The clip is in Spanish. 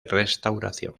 restauración